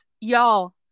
y'all